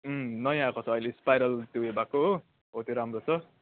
नयाँ आको छ अहिले स्पाइरल त्यो उयो भएको हो हो त्यो राम्रो छ